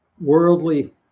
worldly